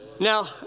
Now